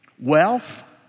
Wealth